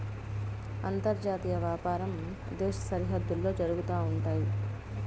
అంతర్జాతీయ వ్యాపారం దేశ సరిహద్దుల్లో జరుగుతా ఉంటయి